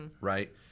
Right